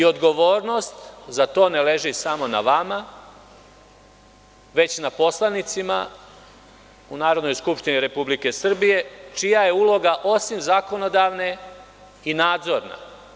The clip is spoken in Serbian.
Odgovornost za to ne leži samo na vama, već na poslanicima u Narodnoj skupštini Republike Srbije, čija je uloga, osim zakonodavne, i nadzorna.